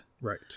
Right